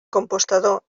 compostador